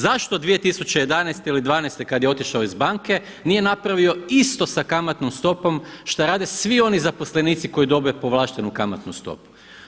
Zašto 2011. ili dvanaeste kada je otišao iz banke nije napravio isto sa kamatnom stopom šta rade svi oni zaposlenici koji dobe povlaštenu kamatnu stopu?